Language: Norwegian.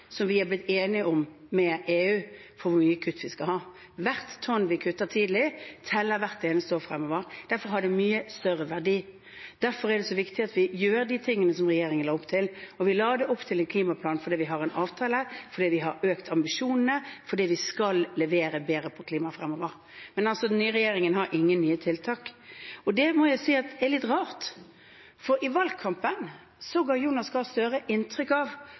vi er blitt enige med EU om hvor store kutt vi skal ha. Hvert tonn vi kutter tidlig, teller hvert eneste år fremover. Derfor har det mye større verdi, og derfor er det så viktig at vi gjør de tingene som regjeringen la opp til. Vi la opp til en klimaplan fordi vi har en avtale, fordi vi har økt ambisjonene, og fordi vi skal levere bedre på klima fremover. Men den nye regjeringen har ingen nye tiltak, og det må jeg si er litt rart, for i valgkampen ga Jonas Gahr Støre inntrykk av